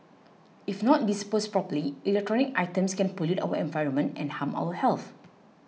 if not disposed properly electronic items can pollute our environment and harm our health